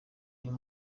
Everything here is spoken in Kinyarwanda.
uyu